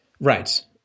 Right